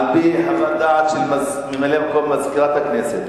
על-פי חוות דעת של ממלא-מקום מזכירת הכנסת,